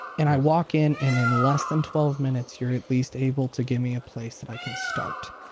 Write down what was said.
and i walk in and in less than twelve minutes, you're at least able to give me a place that i can start.